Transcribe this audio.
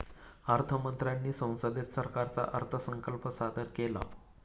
अर्थ मंत्र्यांनी संसदेत सरकारचा अर्थसंकल्प सादर केला